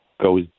goes